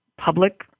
public